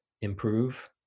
improve